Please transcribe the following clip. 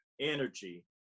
energy